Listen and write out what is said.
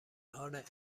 حال